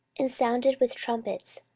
and sounded with trumpets,